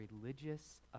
religious